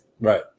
Right